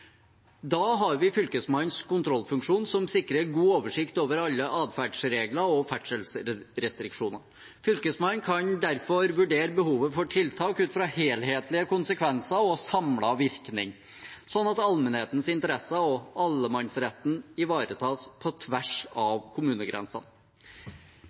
Da har vi Fylkesmannens kontrollfunksjon, som sikrer god oversikt over alle adferdsregler og ferdselsrestriksjoner. Fylkesmannen kan derfor vurdere behovet for tiltak ut fra helhetlige konsekvenser og samlet virkning, sånn at allmennhetens interesser og allemannsretten ivaretas på tvers